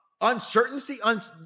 uncertainty